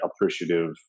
appreciative